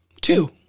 Two